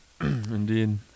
Indeed